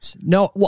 No